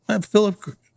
Philip